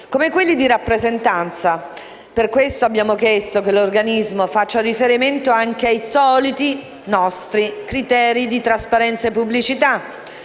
come i criteri di rappresentanza. Per questo abbiamo chiesto che l'organismo faccia riferimento anche ai soliti nostri criteri di trasparenza e pubblicità.